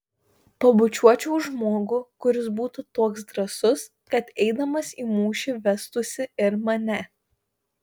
pabučiuočiau žmogų kuris būtų toks drąsus kad eidamas į mūšį vestųsi ir mane